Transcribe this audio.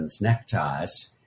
neckties